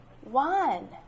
one